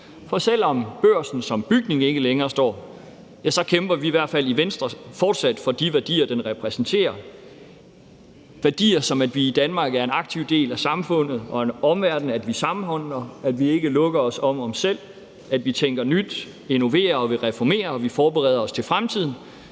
for selv om Børsen som bygning ikke længere står, kæmper vi i hvert fald i Venstre fortsat for de værdier, den repræsenterer – værdier, som at vi i Danmark er en aktiv del af samfundet, at vi samhandler med omverdenen og ikke lukker os om os selv, at vi tænker nyt, innoverer og vil reformere, at vi forbereder os på fremtiden,